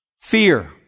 fear